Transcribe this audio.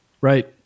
right